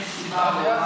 אין סיבה בעולם,